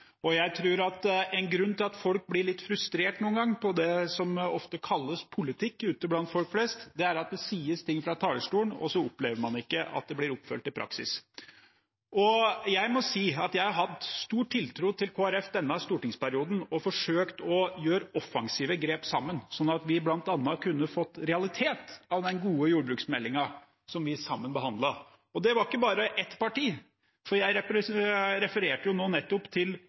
Og jeg tror at én grunn til at folk flest blir litt frustrert noen ganger over det som ofte kalles politikk, er at det sies ting fra talerstolen, og så opplever man ikke at det blir fulgt opp i praksis. Jeg må si at jeg har hatt stor tiltro til Kristelig Folkeparti denne stortingsperioden og forsøkt å gjøre offensive grep sammen med dem, sånn at den gode jordbruksmeldingen vi sammen behandlet, kunne bli en realitet. Og det var ikke bare ett parti, for jeg refererte jo nettopp til